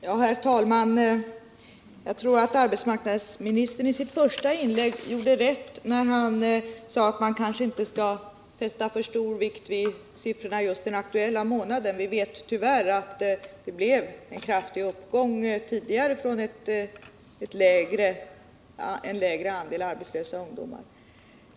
Herr talman! Jag tror att arbetsmarknadsministern i sitt första inlägg gjorde rätt när han sade att man kanske inte skall fästa för stor vikt vid siffrorna just den aktuella månaden. Vi vet tyvärr att det tidigare blev en kraftig uppgång från en lägre andel arbetslösa ungdomar.